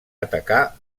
atacar